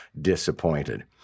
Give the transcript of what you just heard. disappointed